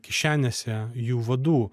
kišenėse jų vadų